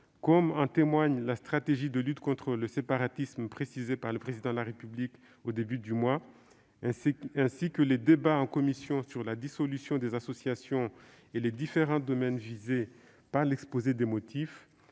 comme en témoignent la stratégie de lutte contre le séparatisme précisée par le Président de la République au début de ce mois, ainsi que les débats en commission sur la dissolution des associations et les différents domaines visés par l'exposé des motifs,